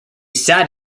sat